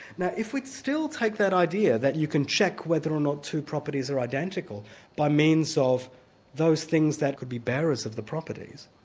now if we still take that idea, that you can check whether or not two properties are identical by means of those things that could be bearers of the properties,